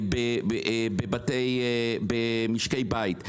במשקי בית.